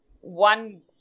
one